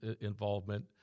involvement